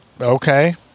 okay